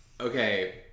Okay